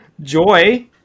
joy